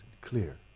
clear